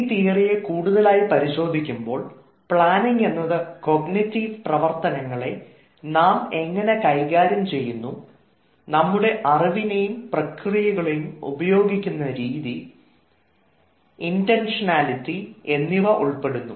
ഈ തിയറിയെ കൂടുതലായി പരിശോധിക്കുമ്പോൾ പ്ലാനിങ് എന്നത് കൊഗ്നിറ്റീവ് പ്രവർത്തനങ്ങളെ നാം എങ്ങനെ കൈകാര്യം ചെയ്യുന്നു നമ്മുടെ അറിവിനെയും പ്രക്രിയകളെയും ഉപയോഗിക്കുന്ന രീതി ഇൻറൻക്ഷനാലിറ്റി എന്നിവ ഉൾപ്പെടുന്നു